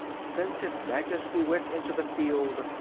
since his majesty went into the field,